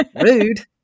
Rude